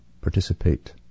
participate